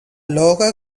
local